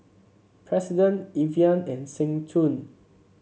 President Evian and Seng Choon